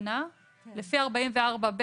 כי פסקה (2)